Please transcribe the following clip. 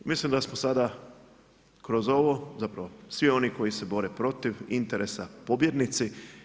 Mislim da smo sada kroz ovo, zapravo svi oni koji se bore protiv interesa pobjednici.